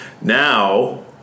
Now